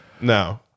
no